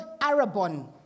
arabon